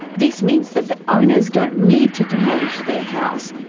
this means that the owners don't need to demolish their house.